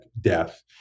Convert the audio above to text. death